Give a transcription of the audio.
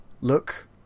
look